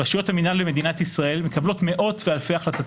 רשויות המנהל במדינת ישראל מקבלות מאות ואלפי החלטות,